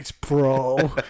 bro